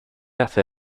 hace